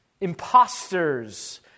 imposters